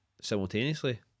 simultaneously